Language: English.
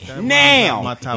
Now